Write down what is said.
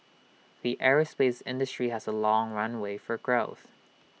the aerospace industry has A long runway for growth